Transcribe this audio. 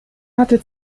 hatte